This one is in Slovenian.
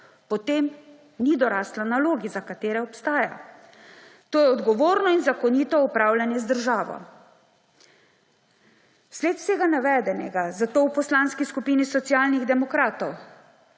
potem ni dorasla nalogi, za katero obstaja, to je odgovorno in zakonito upravljanje z državo. Vsled vsega navedenega zato v Poslanski skupini Socialnih demokratov,